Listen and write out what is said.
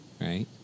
Right